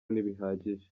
ntibihagije